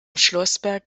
schlossberg